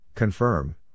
Confirm